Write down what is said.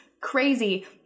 crazy